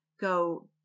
go